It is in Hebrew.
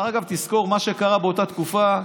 דרך אגב, תזכור מה קרה באותה תקופה.